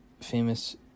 famous